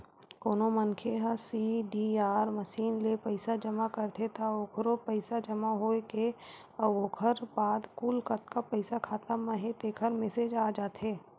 कोनो मनखे ह सीडीआर मसीन ले पइसा जमा करथे त ओखरो पइसा जमा होए के अउ ओखर बाद कुल कतका पइसा खाता म हे तेखर मेसेज आ जाथे